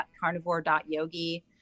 carnivore.yogi